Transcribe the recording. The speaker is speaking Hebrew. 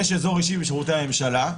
יש אזור אישי בשירותי הממשלה,